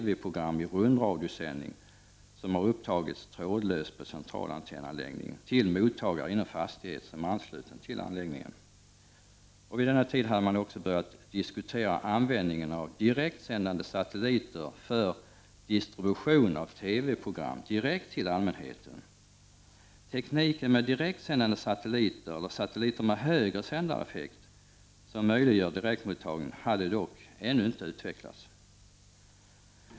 Vid denna tid hade man också börjat diskutera användningen av direktsändande satelliter för distribution av TV-program direkt till allmänheten. Tekniken med direktsändande satelliter eller satelliter med högre sändareffekt som möjliggör direktmottagning hade dock ännu inte utvecklats.